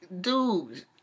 dude